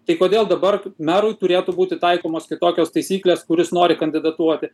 tai kodėl dabar merui turėtų būti taikomos kitokios taisyklės kuris nori kandidatuoti